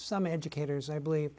some educators i believe